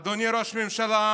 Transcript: אדוני ראש הממשלה,